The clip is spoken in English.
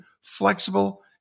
flexible